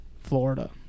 Florida